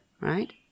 right